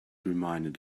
reminded